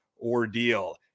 ordeal